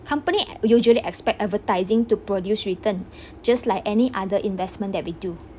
company usually expect advertising to produce return just like any other investment that we do